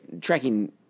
tracking